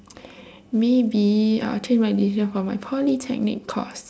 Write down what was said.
maybe I will change my decision for my polytechnic course